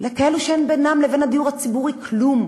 לכאלו שאין בינם לבין הדיור הציבורי כלום.